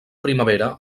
primavera